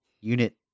unit